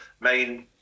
main